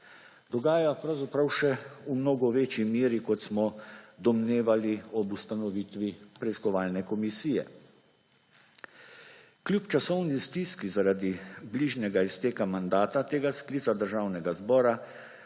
dogaja pravzaprav še v mnogo večji meri kot smo domnevali ob ustanovitvi preiskovalne komisije. Kljub časovni stiski zaradi bližnjega izteka mandata tega sklica Državnega zbora